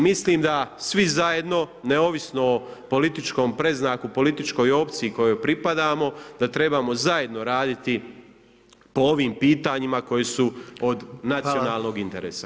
Mislim da svi zajedno, neovisno o političkom predznaku, političkoj opciji kojoj pripadamo, da trebao zajedno raditi po ovim pitanjima koja su od nacionalnog interesa.